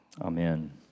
Amen